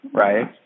Right